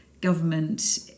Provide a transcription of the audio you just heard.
government